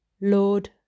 Lord